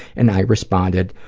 and i responded,